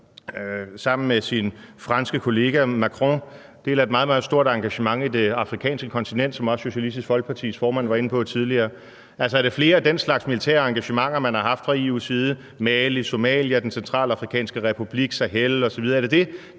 sammen med sin franske kollega, Macron, deler et meget, meget stort engagement i det afrikanske kontinent, som også Socialistisk Folkepartis formand var inde på tidligere. Altså, er det flere af den slags militære engagementer, man har haft fra EU's side – Mali, Somalia, Den Centralafrikanske Republik, Sahel osv.?